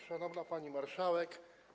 Szanowna Pani Marszałek!